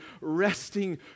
resting